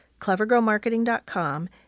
clevergrowmarketing.com